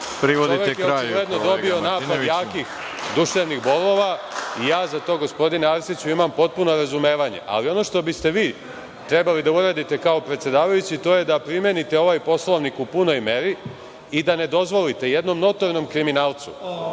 čovek je očigledno dobio napad jakih duševnih bolova i ja za to, gospodine Arsiću, imam potpuno razumevanje. Ono što biste vi trebali da uradite kao predsedavajući to je da primenite ovaj Poslovnik u punoj meri i da ne dozvolite jednom notornom kriminalcu